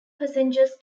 passengers